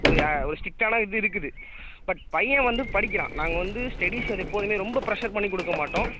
புரியுதா ஒரு ஸ்டிட்டான இது இருக்குது பட் பையன் வந்து படிக்கிறான் நாங்கள் வந்து ஸ்டடீஸ் எப்போதுமே ரொம்ப பிரஷர் பண்ணி கொடுக்க மாட்டோம்